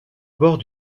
bord